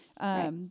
Right